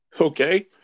Okay